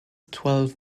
twelve